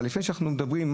אבל לפני שאנחנו מדברים,